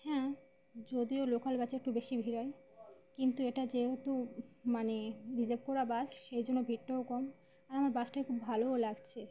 হ্যাঁ যদিও লোকাল বাসে একটু বেশি ভিড় হয় কিন্তু এটা যেহেতু মানে রিজার্ভ করা বাস সেই জন্য ভিড়টাও কম আর আমার বাসটায় খুব ভালোও লাগছে